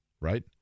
right